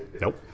nope